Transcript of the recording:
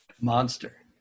Monster